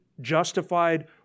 justified